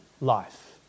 life